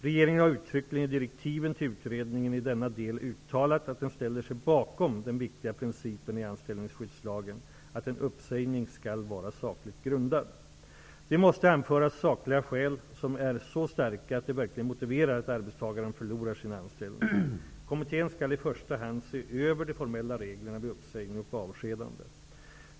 Regeringen har uttryckligen i direktiven till utredningen i denna del uttalat att den ställer sig bakom den viktiga principen i anställningsskyddslagen att en uppsägning skall vara sakligt grundad. Det måste anföras sakliga skäl som är så starka att de verkligen motiverar att arbetstagaren förlorar sin anställning. Kommittén skall i första hand se över de formella reglerna vid uppsägning och avskedande.